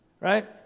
Right